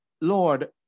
Lord